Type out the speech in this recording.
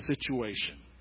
situation